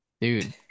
dude